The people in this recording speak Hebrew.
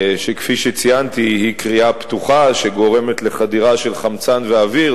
וכפי שציינתי היא כרייה פתוחה שגורמת לחדירה של חמצן ואוויר,